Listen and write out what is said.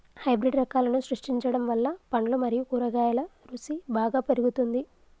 hybrid రకాలను సృష్టించడం వల్ల పండ్లు మరియు కూరగాయల రుసి బాగా పెరుగుతుంది